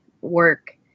work